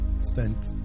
Sent